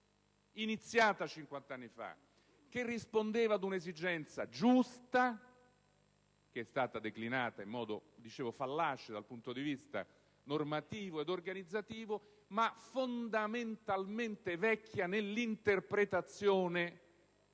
iniziata cinquant'anni fa, che rispondeva ad un'esigenza giusta, che è stata declinata - come dicevo - in modo fallace dal punto di vista normativo ed organizzativo, ma fondamentalmente vecchia nell'interpretazione